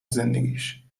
زندگیش